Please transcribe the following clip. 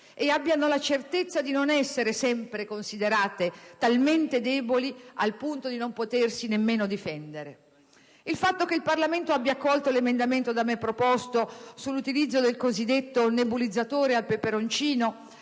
ed abbiano la certezza di non essere sempre considerate talmente deboli al punto di non potersi nemmeno difendere. Mi riferisco al fatto che il Parlamento ha accolto l'emendamento da me proposto sull'utilizzo del cosiddetto nebulizzatore al peperoncino